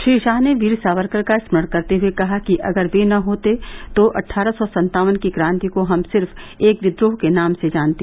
श्री शाह ने वीर सावरकर का स्मरण करते हुये कहा कि अगर वे न होते तो अट्ठारह सौ सत्तावन की क्रांति को हम सिर्फ एक विद्रोह के नाम से जानते